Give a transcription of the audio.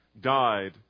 died